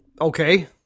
Okay